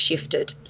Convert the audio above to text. shifted